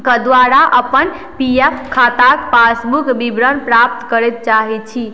कऽ द्वारा अपन पी एफ खाताक पासबुक विवरण प्राप्त करय चाहैत छी